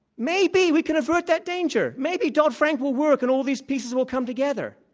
maybe we could avert that danger. maybe dodd-frank will work and all these pieces will come together.